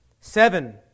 Seven